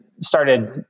started